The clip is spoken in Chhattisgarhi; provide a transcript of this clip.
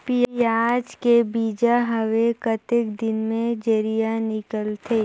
पियाज के बीजा हवे कतेक दिन मे जराई निकलथे?